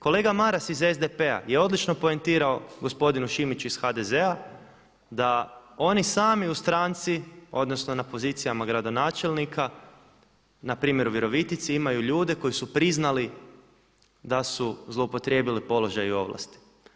Kolega Maras iz SDP-a je odlično poentiraju gospodinu Šimiću iz HDZ-a da oni sami u stranci odnosno na pozicijama gradonačelnika npr. u Virovitici imaju ljude koji su priznali da su zloupotrijebili položaj ovlasti.